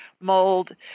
mold